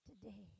Today